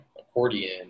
accordion